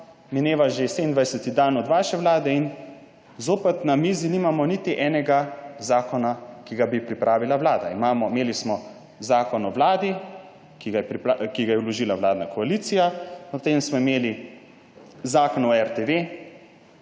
mineva že 27. dan od vaše vlade in zopet na mizi nimamo niti enega zakona, ki bi ga pripravila Vlada. Imeli smo zakon o Vladi, ki ga je vložila vladna koalicija, potem smo imeli zakon o RTV